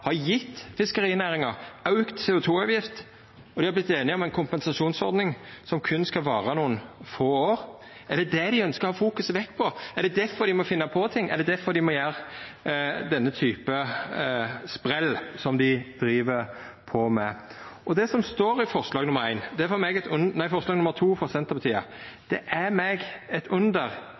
har gjeve fiskerinæringa auka CO 2 -avgift, og dei har vorte einige om ei kompensasjonsordning som berre skal vara nokre få år? Er det det dei ønskjer å ta fokuset vekk frå? Er det difor dei må finna på ting? Er det difor dei må gjera denne typen sprell som dei driv på med? Når det gjeld det som står i forslag nr. 2, frå Senterpartiet, er det meg eit